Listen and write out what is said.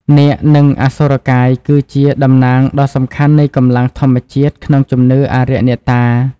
នាគ និង អសុរកាយ គឺជាតំណាងដ៏សំខាន់នៃកម្លាំងធម្មជាតិក្នុងជំនឿអារក្សអ្នកតា។